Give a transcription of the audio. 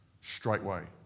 Straightway